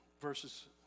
verses